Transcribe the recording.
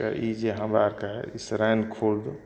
के ई जे हमरा आरके हइ ईसराइन खुर्द